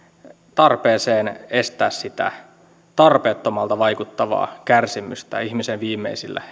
tarpeeseen estää sitä tarpeettomalta vaikuttavaa kärsimystä ihmisen viimeisillä